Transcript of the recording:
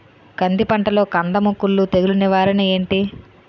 కంది పంటలో కందము కుల్లు తెగులు నివారణ ఏంటి?